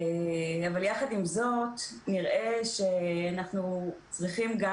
אבל יחד עם זאת נראה שאנחנו צריכים גם